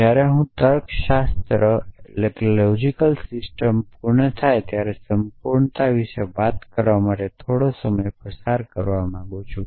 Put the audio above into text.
જ્યારે હું તર્ક શાસ્ત્ર સિસ્ટમ પૂર્ણ થાય ત્યારે સંપૂર્ણતા વિશે વાત કરવા માટે થોડો સમય પસાર કરવા માંગુ છું